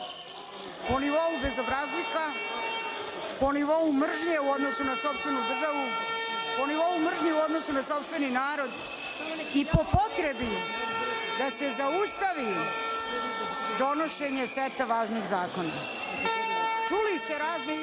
po nivou bezobrazluka, po nivou mržnje u odnosu na sopstveni državu, po nivou mržnje u odnosu na sopstveni narod i po potrebi da se zaustavi donošenje seta važnih zakona. Čuli ste razne